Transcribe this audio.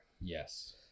yes